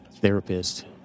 therapist